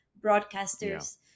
broadcasters